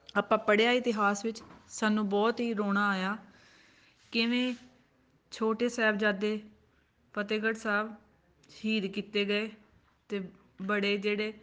ਆਪਾਂ ਪੜ੍ਹਿਆ ਇਤਿਹਾਸ ਵਿੱਚ ਸਾਨੂੰ ਬਹੁਤ ਹੀ ਰੋਣਾ ਆਇਆ ਕਿਵੇਂ ਛੋਟੇ ਸਾਹਿਬਜ਼ਾਦੇ ਫਤਿਹਗੜ੍ਹ ਸਾਹਿਬ ਸ਼ਹੀਦ ਕੀਤੇ ਗਏ ਅਤੇ ਬੜੇ ਜਿਹੜੇ